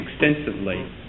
extensively